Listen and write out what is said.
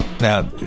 Now